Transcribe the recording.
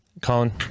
Colin